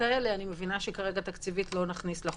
שאני מבינה שכרגע תקציבית לא נכניס לחוק,